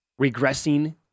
regressing